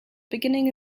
beginning